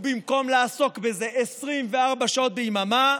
ובמקום לעסוק בזה 24 שעות ביממה,